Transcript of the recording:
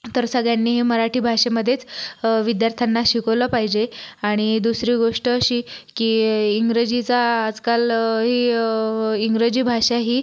तर सगळयांनी मराठी भाषेमध्येच विद्यार्थ्यांना शिकवलं पाहिजे आणि दुसरी गोष्ट अशी की इंग्रजीचा आजकाल इंग्रजी भाषा ही